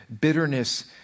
bitterness